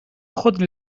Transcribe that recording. خود